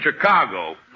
Chicago